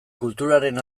kulturaren